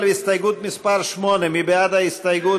אנחנו מצביעים על הסתייגות מס' 7. מי בעד ההסתייגות?